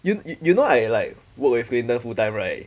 you you know I like work with clinton full time right